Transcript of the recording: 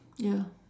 ya